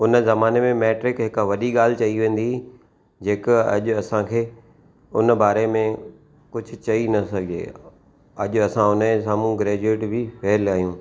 हुन ज़माने में मेट्रिक हिकु वॾी ॻाल्हि चई वेंदी हुई जेके अॼु असांखे हुन बारे में कुझु चई न सघे अॼु असां हुनजे साम्हूं ग्रेजुएट बि फेल आहियूं